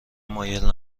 مایل